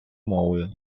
мовою